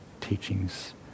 teachings